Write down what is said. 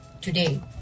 today